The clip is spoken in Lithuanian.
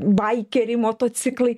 baikeriai motociklai